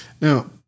Now